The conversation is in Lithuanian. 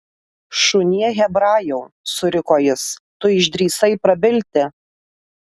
šunie hebrajau suriko jis tu išdrįsai prabilti